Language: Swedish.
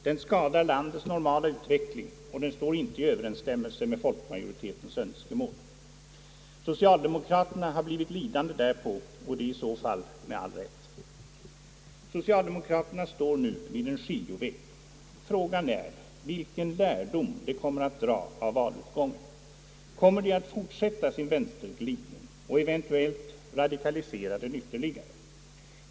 Den skadar landets normala utveckling och står inte i överensstämmelse med folkmajoritetens önskemål, Socialdemokraterna har blivit lidande på denna politik, och det i så fall med all rätt. Socialdemokraterna står nu vid en skiljeväg. Frågan är vilken lärdom de kommer att dra av valutgången. Kommer de att fortsätta sin vänsterglidning och eventuellt radikalisera den ytterligare?